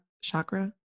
Chakra